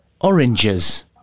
Oranges